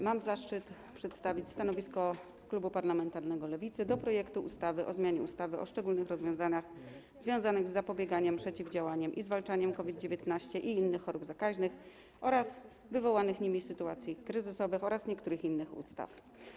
Mam zaszczyt przedstawić stanowisko klubu parlamentarnego Lewicy wobec projektu ustawy o zmianie ustawy o szczególnych rozwiązaniach związanych z zapobieganiem, przeciwdziałaniem i zwalczaniem COVID-19, innych chorób zakaźnych oraz wywołanych nimi sytuacji kryzysowych oraz niektórych innych ustaw.